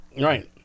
right